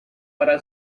para